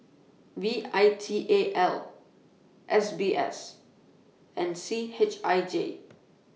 V I T A L S B S and C H I J